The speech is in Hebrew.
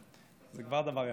זה כבר דבר יפה.